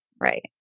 right